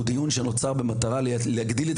הוא דיון שנוצר במטרה להגדיל את